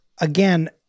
Again